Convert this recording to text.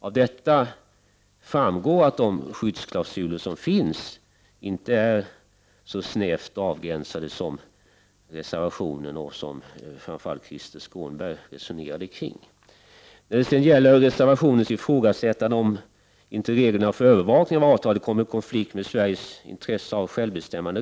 Av detta framgår att de skyddsklausuler som finns inte är så snävt avgränsade som reservationen och framför allt Krister Skånberg gör gällande. Reservanterna ifrågasätter om inte reglerna för övervakning av avtalet kommer i konflikt med Sveriges intresse av självbestämmande.